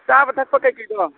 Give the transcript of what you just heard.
ꯆꯥꯕ ꯊꯛꯄ ꯀꯩꯀꯩꯗꯣ